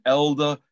elder